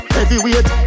Heavyweight